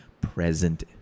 present